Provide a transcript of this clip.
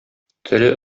теле